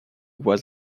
was